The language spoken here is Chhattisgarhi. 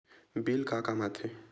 बिल का काम आ थे?